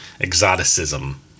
exoticism